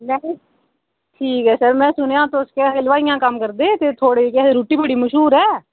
ठीक ऐ सर में सुनेआ तुस लोआइयें दा कम्म करदे थोआड़ी रुट्टी बड़ी मशहूर ऐ